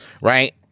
right